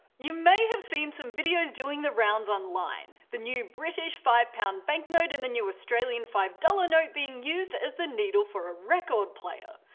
you may have seen some videos doing the rounds online the new british five pound banknote and the new australian five dollars note being used as the needle for a record player.